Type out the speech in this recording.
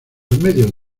medios